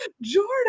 Jordan